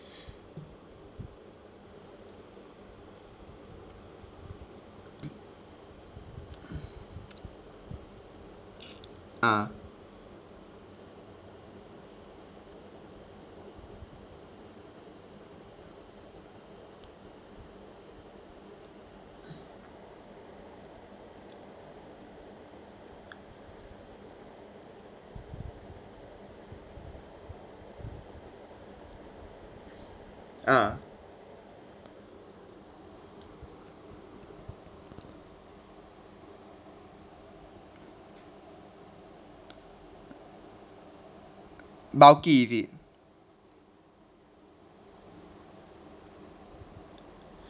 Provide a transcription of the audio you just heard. ah ah bulky is it